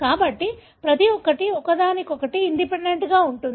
కాబట్టి ప్రతి ఒక్కటి ఒకదానికొకటి ఇండిపెండెంట్ గా ఉంటుంది